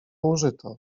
użyto